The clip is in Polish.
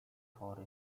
chory